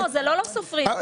לא שלא סופרים,